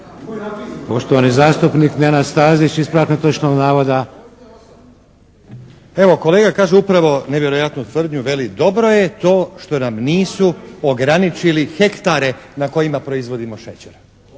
Poštovani zastupnik Nenad Stazić. Ispravak netočnog navoda. **Stazić, Nenad (SDP)** Evo kolega kaže upravo nevjerojatnu tvrdnju. Veli: «Dobro je to što nam nisu ograničili hektare na kojima proizvodimo šećer.»